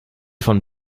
von